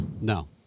No